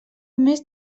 més